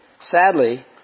Sadly